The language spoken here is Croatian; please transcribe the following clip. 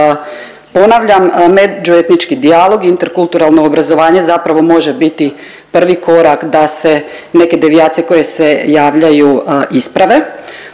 Ponavljam, međuetnički dijalog i interkulturalno obrazovanje zapravo može biti prvi korak da se neke devijacije koje se javljaju isprave.